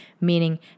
Meaning